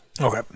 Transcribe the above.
Okay